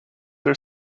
are